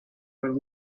were